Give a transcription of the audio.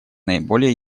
наиболее